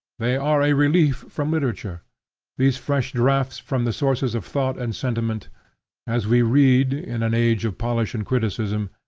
they are a relief from literature these fresh draughts from the sources of thought and sentiment as we read, in an age of polish and criticism,